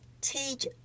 Teach